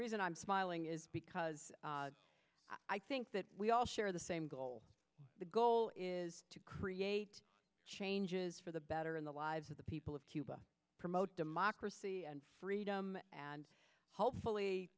reason i'm smiling is because i think that we all share the same goal the goal is to create changes for the better in the lives of the people of cuba promote democracy and freedom and hopefully